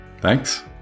Thanks